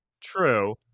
True